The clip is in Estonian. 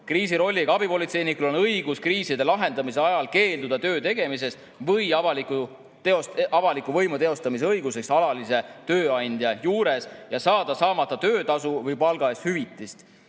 Kriisirolliga abipolitseinikul on õigus kriiside lahendamise ajal keelduda töö tegemisest või avaliku võimu teostamise õigusest alalise tööandja juures ja saada saamata töötasu või palga eest hüvitist.